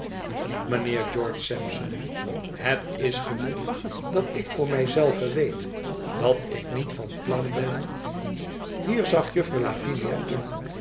oeorge sampson het is genoeg dat ik voor mij zelve weet dat ik niet van plan ben hier zag jufifer lavinia in